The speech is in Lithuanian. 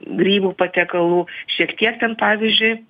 grybų patiekalų šiek tiek ten pavyzdžiui